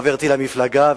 חברתי למפלגה,